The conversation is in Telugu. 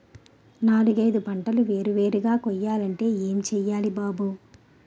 నాలుగైదు పంటలు వేరు వేరుగా కొయ్యాలంటే ఏం చెయ్యాలి బాబూ